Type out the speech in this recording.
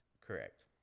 Correct